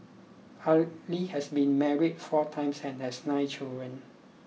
Ali has been married four times and has nine children